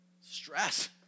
stress